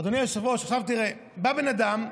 אדוני היושב-ראש, עכשיו תראה, בא בן אדם,